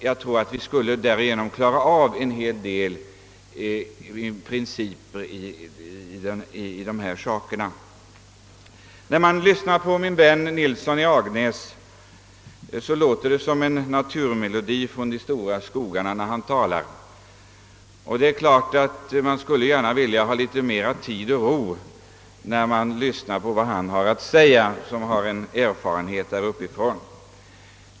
Jag tror att vi på det sättet skulle klara av många huvudfrågor. När man lyssnar på herr Nilsson i Agnäs låter det som en melodi från de stora skogarna. Det är klart att man gärna skulle vilja ha litet mera tid och ro när man lyssnar på vad han, som har erfarenheter där uppifrån, har att säga.